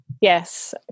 yes